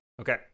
Okay